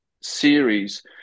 series